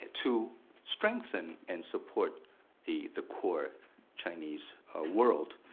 to strengthen and support the the core chinese world.